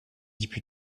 députés